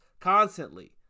constantly